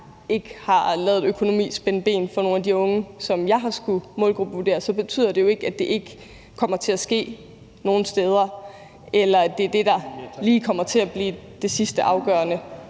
ikke har ladet økonomi spænde ben for nogen af de unge, som jeg har skullet målgruppevurdere, så betyder det jo ikke, at det ikke kommer til at ske nogle steder, altså at det ikke er det, der lige kommer til at blive det sidste afgørende.